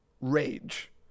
rage